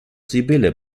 sibylle